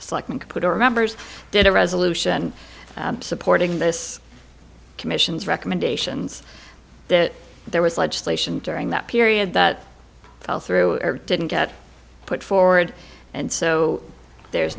selecting to put our members did a resolution supporting this commission's recommendations that there was legislation during that period that fell through or didn't get put forward and so there's